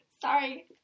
sorry